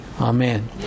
Amen